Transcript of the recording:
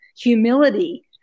humility